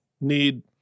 need